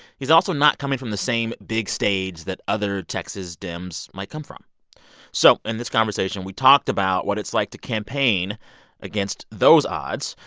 he's also not coming from the same big stage that other texas dems might come from so in this conversation we talked about what it's like to campaign against those odds.